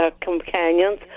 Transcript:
companions